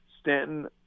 Stanton